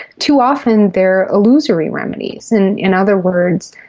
too often they are illusory remedies. and in other words,